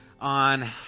on